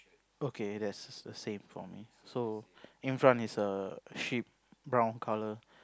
okay that's the same for me so in front is a sheep brown color